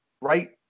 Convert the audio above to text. right